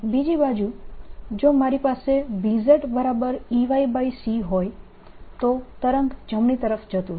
બીજી બાજુ જો મારી પાસે BzEyc હોય તો તરંગ જમણી તરફ જતું હશે